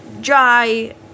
dry